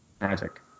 Magic